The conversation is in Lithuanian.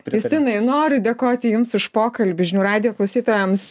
justinai noriu dėkoti jums už pokalbį žinių radijo klausytojams